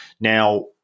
Now